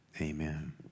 Amen